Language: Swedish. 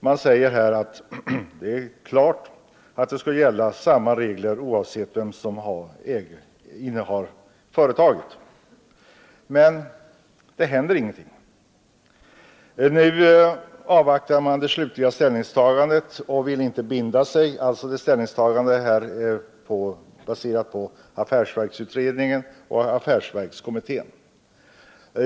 Skatteutskottet uttalar att det är klart att samma beskattningsregler skall gälla oavsett vem som äger företaget. Men ingenting händer. Nu avvaktar man affärsverksutredningens och affärsverkskommitténs ställningstagande.